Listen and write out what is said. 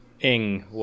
Ing